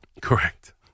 Correct